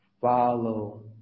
Follow